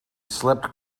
slept